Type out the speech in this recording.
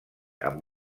amb